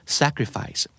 sacrifice